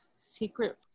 secret